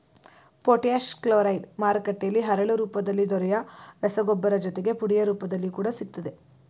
potash chloride ಮಾರುಕಟ್ಟೆಲಿ ಹರಳು ರೂಪದಲ್ಲಿ ದೊರೆಯೊ ರಸಗೊಬ್ಬರ ಜೊತೆಗೆ ಪುಡಿಯ ರೂಪದಲ್ಲಿ ಕೂಡ ಸಿಗ್ತದೆ